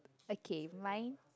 okay mine